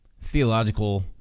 theological